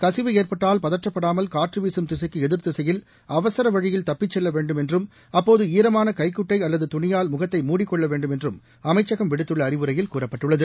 கசிவு ஏற்பட்டால் பதற்றப்படாமல் காற்றுவீசும் திசைக்குஎதிர் திசையில் அவசரவழியில் தப்பிச் செல்லவேண்டும் என்றும் அப்போதுஈரமானகைக்குட்டைஅல்லதுதுணியால் முகத்தைமுடிக்கொள்ளவேண்டும் அமைச்சகம் விடுத்துள்ளஅறிவுரையில் கூறப்பட்டுள்ளது